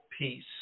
peace